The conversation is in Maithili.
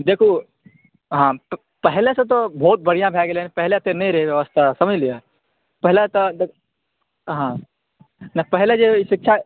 देखू हँ पाहिलेसँ तऽ बहुत बढ़िआँ भए गेलै पहिले एते नहि रहै व्यवस्था समझलियै पहिले तऽ देखू हँ पहिले जे शिक्षा